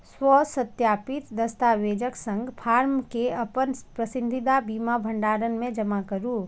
स्वसत्यापित दस्तावेजक संग फॉर्म कें अपन पसंदीदा बीमा भंडार मे जमा करू